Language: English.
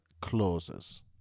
clauses